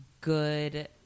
good